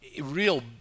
real